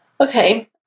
Okay